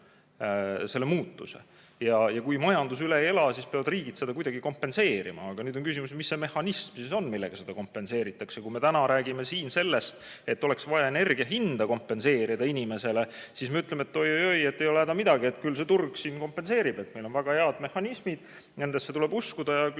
üle elama. Kui majandus seda üle ei ela, siis peavad riigid seda kuidagi kompenseerima, aga sel juhul on küsimus, mis on see mehhanism, millega seda kompenseeritakse. Kui me täna räägime siin sellest, et oleks vaja energia hinda kompenseerida inimestele, siis me ütleme, et oi-oi, ei ole häda midagi, küll see turg siin kompenseerib. Et meil on väga head mehhanismid, nendesse tuleb uskuda ja küll